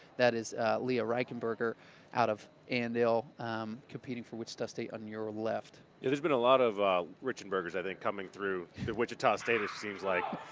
that is leah reichenberger out of andale competing for wichita state on your left. will there's been a lot of reichenbergers i think coming through the wichita state it seems like.